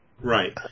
right